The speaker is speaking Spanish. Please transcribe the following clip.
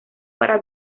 para